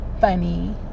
funny